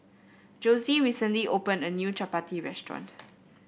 Josie recently opened a new chappati restaurant